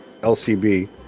LCB